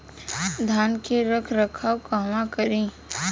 धान के रख रखाव कहवा करी?